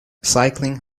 cycling